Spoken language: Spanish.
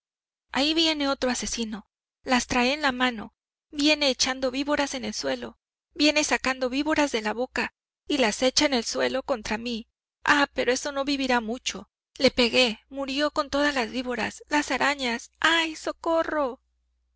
ahí viene otro asesino las trae en la mano viene echando víboras en el suelo viene sacando víboras de la boca y las echa en el suelo contra mí ah pero ese no vivirá mucho le pegué murió con todas las víboras las arañas ay socorro